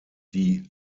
die